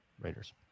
Raiders